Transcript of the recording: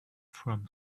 from